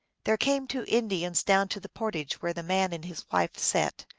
there came two indians down to the portage where the man and his wife sat.